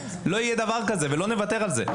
לא יהיה דבר הזה ולא נוותר על זה.